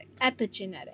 Epigenetic